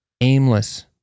aimless